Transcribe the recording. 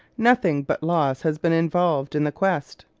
nothing but loss has been involved in the quest.